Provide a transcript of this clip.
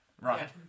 Right